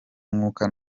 mwuka